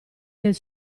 del